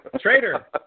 Traitor